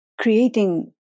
creating